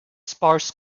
sparse